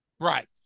Right